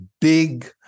big